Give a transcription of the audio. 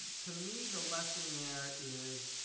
to me the lesson there is